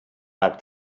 back